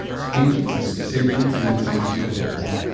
it's painful, it's disabling and anxiety provoking.